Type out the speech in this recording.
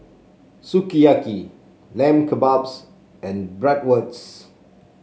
Sukiyaki Lamb Kebabs and Bratwurst